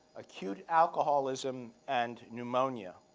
acute alcoholism and pneumonia.